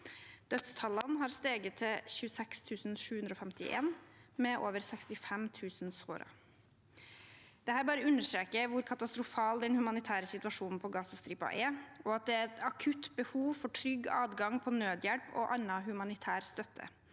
Dødstallene har steget til 26 751 og tallet på sårede til over 65 000. Dette understreker bare hvor katastrofal den humanitære situasjonen på Gazastripen er, og at det er et akutt behov for trygg adgang på nødhjelp og annen humanitær støtte.